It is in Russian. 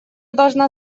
должна